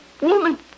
woman